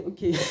Okay